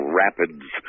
rapids